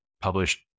published